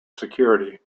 security